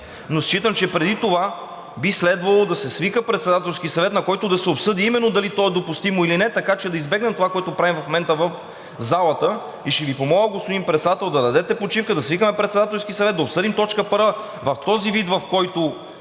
Но считам, че преди това би следвало да се свика Председателски съвет, на който да се обсъди именно дали то е допустимо или не, така че да избегнем това, което правим в момента в залата. И ще Ви помоля, господин Председател, да дадете почивка, да свикаме Председателски съвет, да обсъдим т. 1 в този вид, в който